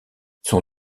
son